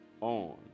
on